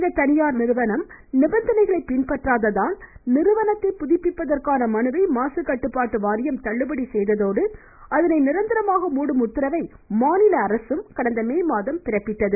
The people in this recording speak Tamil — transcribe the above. இந்த தனியார் நிறுவனம் நிபந்தனைகளை பின்பற்றாததால் நிறுவனத்தை புதுப்பிப்பதற்கான மனுவை மாசு கட்டுபபாட்டு வாரியம் தள்ளுபடி செய்தததோடு அதனை நிரந்தரமாக மூடும் உத்தரவை மாநில அரசு கடந்த மே மாதம் பிறப்பித்தது